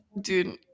dude